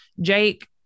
jake